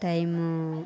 time